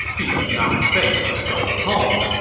he does not think of going home.